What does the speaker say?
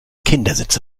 kindersitze